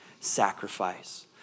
sacrifice